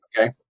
okay